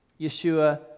Yeshua